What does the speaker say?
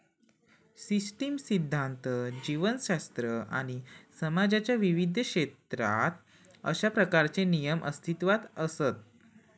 system सिध्दांत, जीवशास्त्र आणि समाजाच्या विविध क्षेत्रात अशा प्रकारचे नियम अस्तित्वात असत